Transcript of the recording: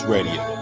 Radio